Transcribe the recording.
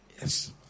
Yes